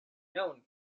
known